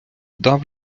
дав